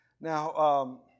Now